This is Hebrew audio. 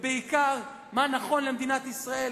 ובעיקר מה נכון למדינת ישראל,